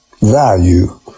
value